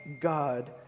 God